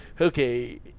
okay